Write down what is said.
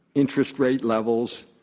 interest rate levels,